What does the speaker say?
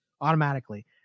automatically